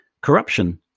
Corruption